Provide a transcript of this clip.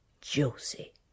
Josie